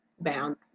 bound